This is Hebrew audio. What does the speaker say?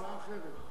הצעה אחרת.